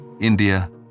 India